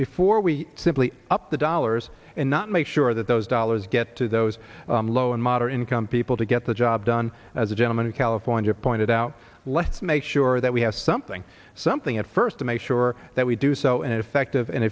before we simply up the dollars and not make sure that those dollars get to those low and moderate income people to get the job done as a gentleman in california pointed out let's make sure that we have something something at first to make sure that we do so and effective and